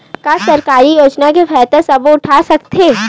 का सरकारी योजना के फ़ायदा सबो उठा सकथे?